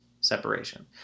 separation